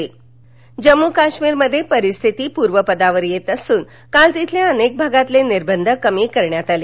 जम्म काश्मीर जम्मू काश्मीर मध्ये परिस्थिती पूर्वपदावर येत असून काल तिथल्या अनेक भागातले निर्बंध कमी करण्यात आले